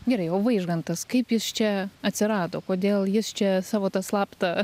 gerai o vaižgantas kaip jis čia atsirado kodėl jis čia savo tą slaptą